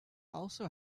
also